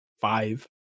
five